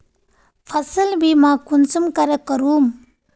फसल बीमा कुंसम करे करूम?